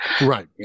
Right